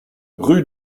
rue